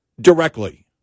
Directly